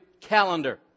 calendar